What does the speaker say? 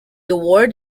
award